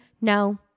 No